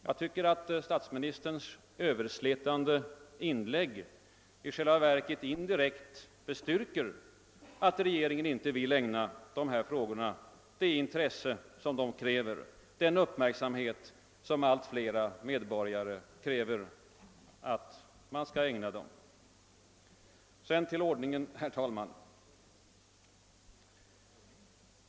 Jag tycker att statsministerns överslätande inlägg i själva verket indirekt bestyrker, att regeringen inte vill ägna dessa frågor det intresse som de kräver, den uppmärksamhet som allt flera medborgare fordrar att man skall ägna dem. Herr talman!